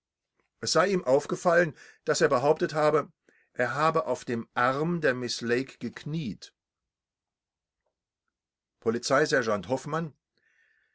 es sei ihm aufgefallen daß er behauptet habe er habe auf dem arm der miß lake gekniet polizeisergeant hoffmann